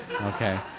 Okay